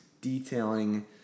detailing